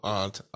Aunt